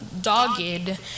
dogged